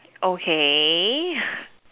okay